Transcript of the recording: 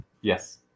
Yes